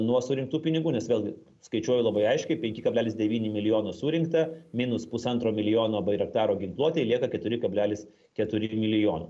nuo surinktų pinigų nes vėlgi skaičiuoju labai aiškiai penki kablelis devyni milijono surinkta minus pusantro milijono bairaktaro ginkluotei lieka keturi kablelis keturi milijonų